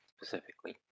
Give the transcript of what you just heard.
specifically